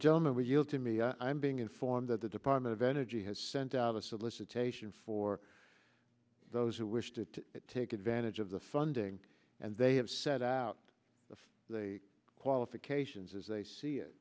german will to me i'm being informed that the department of energy has sent out a solicitation for those who wish to take advantage of the funding and they have set out the qualifications as they see it